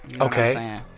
Okay